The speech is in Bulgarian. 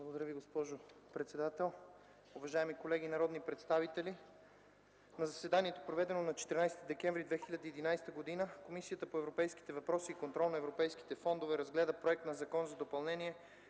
Благодаря Ви, госпожо председател. Уважаеми колеги народни представители! „На заседанието, проведено на 14 декември 2011 г., Комисията по европейските въпроси и контрол на европейските фондове разгледа Проект на закон за допълнение